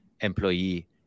employee